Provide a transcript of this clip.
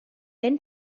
been